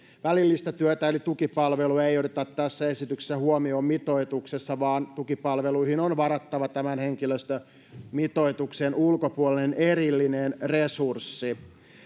välillistä työtä eli tukipalveluja ei oteta tässä esityksessä huomioon mitoituksessa vaan tukipalveluihin on varattava tämän henkilöstömitoituksen ulkopuolinen erillinen resurssi